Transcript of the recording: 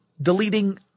deleting